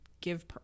give